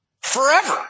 forever